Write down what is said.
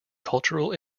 cultural